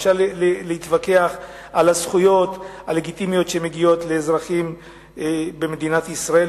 אפשר להתווכח על הזכויות הלגיטימיות שמגיעות לאזרחים במדינת ישראל,